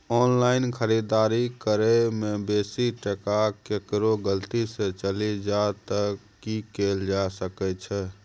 Online खरीददारी करै में बेसी टका केकरो गलती से चलि जा त की कैल जा सकै छै?